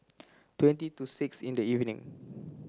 twenty to six in the evening